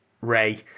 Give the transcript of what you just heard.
Ray